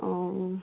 অঁ